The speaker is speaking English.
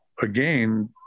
again